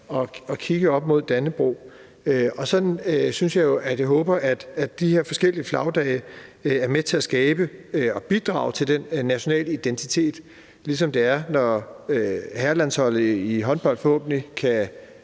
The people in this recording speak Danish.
og kigge op mod Dannebrog. Og sådan håber jeg, at de her forskellige flagdage er med til at skabe og bidrage til den nationale identitet, ligesom det er, når herrelandsholdet i håndbold forhåbentlig kan